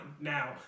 Now